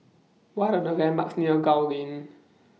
What Are The landmarks near Gul Lane